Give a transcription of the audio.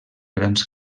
grans